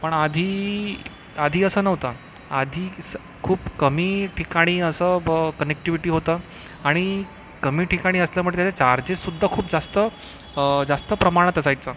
पण आधी आधी असं नव्हतं आधी स खूप कमी ठिकाणी असं कनेक्टीव्हीटी होतं आणि कमी ठिकाणी असल्यामुळे त्याचे चार्जेससुद्धा खूप जास्त जास्त प्रमाणात असायचं